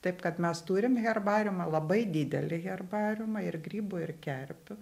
taip kad mes turim herbariumą labai didelį herbariumą ir grybų ir kerpių